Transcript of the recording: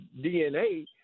DNA